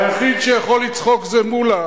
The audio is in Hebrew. היחיד שיכול לצחוק זה מולה.